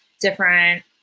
different